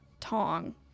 tong